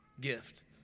gift